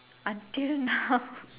until now